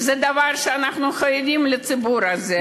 וזה דבר שאנחנו חייבים לציבור הזה.